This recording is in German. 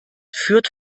führt